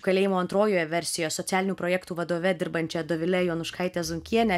kalėjimo antrojoje versijo socialinių projektų vadove dirbančia dovile jonuškaite zunkiene